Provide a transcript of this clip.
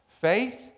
Faith